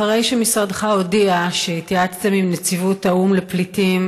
אחרי שמשרדך הודיע שהתייעצתם עם נציבות האו"ם לפליטים,